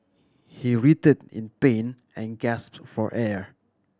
he writhed in pain and gasped for air